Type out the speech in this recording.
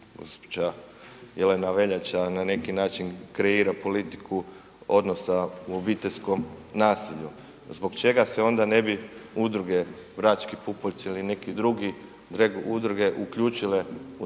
gospođa Jelena Veljača na neki način kreira politiku odnosa u obiteljskom nasilju, zbog čega se onda ne bi udruge Brački pupoljci ili neke druge udruge uključile u zakonske